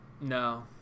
No